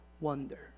wonder